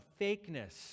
fakeness